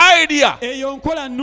idea